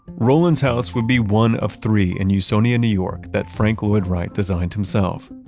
roland's house would be one of three in usonia, new york that frank lloyd wright-designed himself.